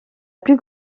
plus